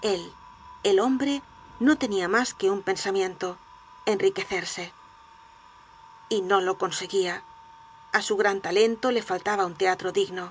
él el hombre no tenia mas que un pensamiento enriquecerse y no lo conseguía a su gran talento le faltaba un teatro digno